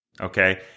okay